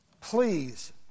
Please